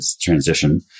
transition